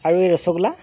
আৰু এই ৰসগোল্লা